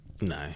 No